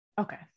Okay